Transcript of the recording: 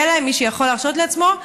מי שיכול להרשות לעצמו,